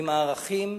עם הערכים,